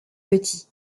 petits